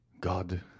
God